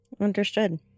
Understood